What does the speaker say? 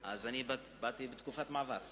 חברי חברי הכנסת, אני ראיתי שחבר הכנסת